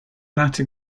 latter